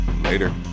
Later